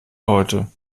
heute